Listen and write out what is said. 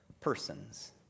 persons